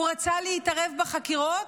הוא רצה להתערב בחקירות,